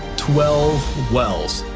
twelve wells.